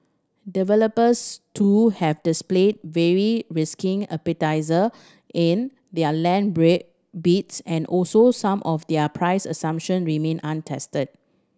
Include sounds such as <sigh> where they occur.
developers too have displayed varying risking <unintelligible> in their land <unintelligible> bids and also some of their price assumption remain untested